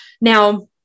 Now